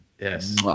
Yes